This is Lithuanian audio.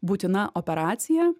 būtina operacija